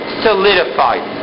solidified